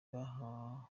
bahanganye